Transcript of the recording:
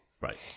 Right